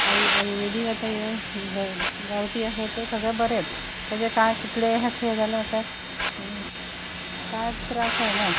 आयु आयुर्वेदीक आतां ह्यो गांवटी आसात त्यो सगळें बरेंच तेजें कांय कितलेंय अशें हें जालें म्हटल्यार कांय त्रास जायना